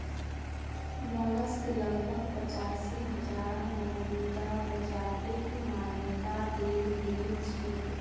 mollusc लगभग पचासी हजार मौजूदा प्रजातिक मान्यता दील गेल छेक